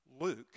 Luke